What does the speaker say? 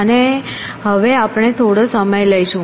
અને હવે આપણે થોડો સમય લઈશું